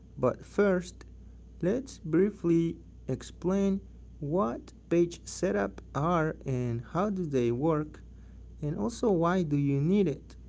but first let's briefly explain what page setup are and how do they work and also why do you need it.